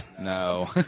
No